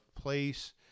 place